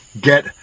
get